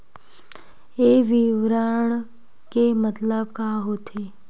ये विवरण के मतलब का होथे?